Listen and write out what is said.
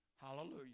Hallelujah